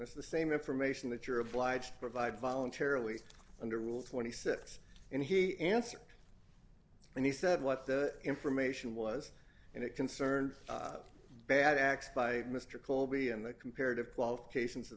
this the same information that you're obliged to provide voluntarily under rule twenty six and he answered and he said what the information was and it concerned bad acts by mr colby and the comparative qualifications